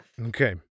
Okay